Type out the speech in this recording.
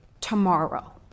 tomorrow